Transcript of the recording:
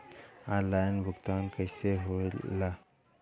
Online भुगतान कैसे होए ला?